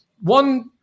one